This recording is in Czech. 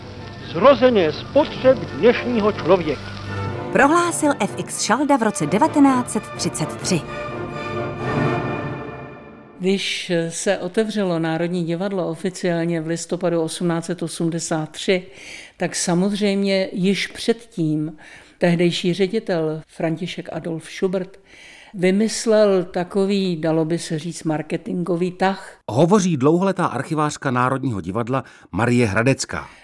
zrozené z potřeb dnešního člověka. Prohlásil FX Šalda v roce 1933. Když se otevřelo Národní divadlo oficiálně v listopadu 1883, tak samozřejmě již předtím tehdejší ředitel František Adolf Schubert vymyslel takový, dalo by se říct, marketingový tah. Hovoří dlouholetá archivářka Národního divadla Marie Hradecká.